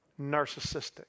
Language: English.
narcissistic